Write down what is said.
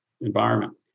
environment